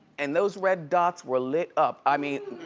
and those red dots were lit up, i mean,